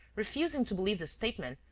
refusing to believe the statement,